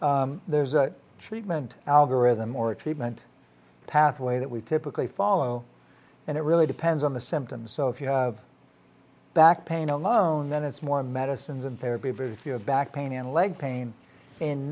know there's a treatment algorithm or a treatment pathway that we typically follow and it really depends on the symptoms so if you have back pain alone then it's more medicines and therapy very if you have back pain and leg pain and